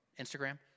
Instagram